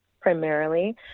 primarily